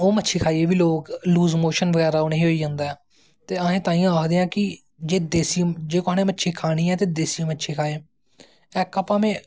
ओह् मच्छी खाइयै बी उनेंगी लूज़ मोशन होई जंदा ऐ ते अस तांईयैं आखदे आं कि जिनैं मच्छी खानी ऐ ते देस्सी मच्छी खाए ऐका भामें